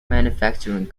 manufacturing